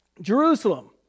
Jerusalem